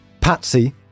Patsy